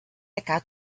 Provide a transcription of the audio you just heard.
account